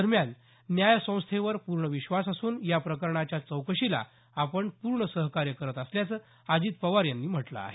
दरम्यान न्यायसंस्थेवर पूर्ण विश्वास असून या प्रकरणाच्या चौकशीला आपण पूर्ण सहकार्य करत असल्याचं अजित पवार यांनी म्हटलं आहे